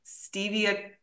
stevia